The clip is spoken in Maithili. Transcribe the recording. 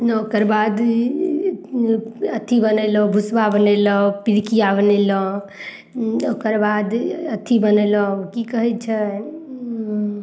नऽ ओकर बाद अथी बनेलहुँ भुसबा बनेलहुँ पीड़िकिया बनेलहुँ ओकर बाद अथी बनेलहुँ कि कहय छै